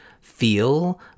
feel